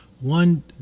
One